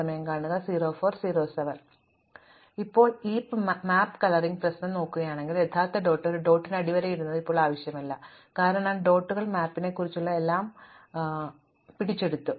അതിനാൽ ഇപ്പോൾ നിങ്ങൾ ഈ മാപ്പ് കളറിംഗ് പ്രശ്നം നോക്കുകയാണെങ്കിൽ യഥാർത്ഥ ഡോട്ട് ഈ ഡോട്ടിന് അടിവരയിടുന്നത് ഇപ്പോൾ ആവശ്യമില്ല കാരണം ഡോട്ടുകൾ മാപ്പിനെക്കുറിച്ചുള്ള എല്ലാം പിടിച്ചെടുത്തു